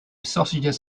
sausages